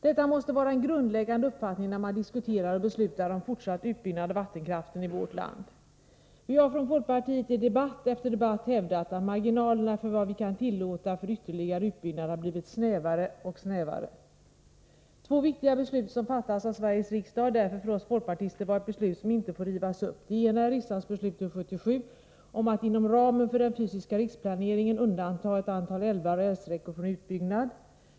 Detta måste vara en grundläggande uppfattning när man diskuterar och beslutar om fortsatt utbyggnad av vattenkraften i vårt land. Vi har från folkpartiet i debatt efter debatt hävdat att marginalerna för vad vi kan tillåta för ytterligare utbyggnad har blivit snävare och snävare. Två viktiga beslut som fattas av Sveriges riksdag har därför för oss folkpartister varit beslut som inte får rivas upp. Det ena är riksdagsbeslutet 1977 om att inom ramen för den fysiska riksplaneringen undanta ett antal älvar och älvsträckor från utbyggnad.